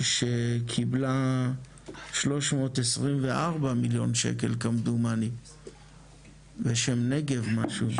שקיבלה 324 מיליון שקל כמדומני בשם נגב משהו,